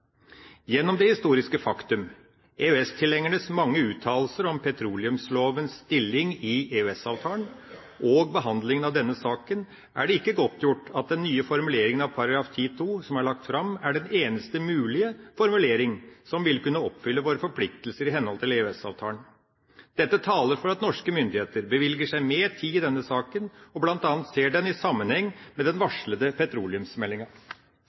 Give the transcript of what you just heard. Gjennom det historiske faktum, EØS-tilhengernes mange uttalelser om petroleumslovens stilling i EØS-avtalen og behandlingen av denne saken er det ikke godtgjort at den nye formuleringen av § 10-2 som er lagt fram, er den eneste mulige formulering som vil kunne oppfylle våre forpliktelser i henhold til EØS-avtalen. Dette taler for at norske myndigheter bevilger seg mer tid i denne saken og bl.a. ser den i sammenheng med den